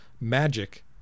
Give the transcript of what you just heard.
magic